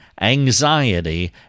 anxiety